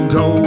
go